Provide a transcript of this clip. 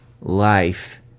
life